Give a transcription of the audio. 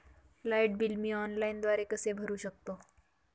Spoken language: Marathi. लाईट बिल मी ऑनलाईनद्वारे कसे भरु शकतो?